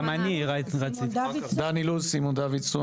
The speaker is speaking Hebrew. מן הסתם אנחנו נראה את זה בדיון,